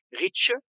richer